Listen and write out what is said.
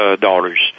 dollars